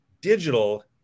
Digital